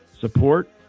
support